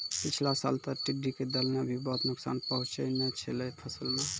पिछला साल तॅ टिड्ढी के दल नॅ भी बहुत नुकसान पहुँचैने छेलै फसल मॅ